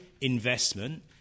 investment